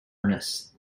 ernest